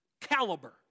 caliber